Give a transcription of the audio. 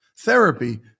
Therapy